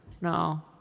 No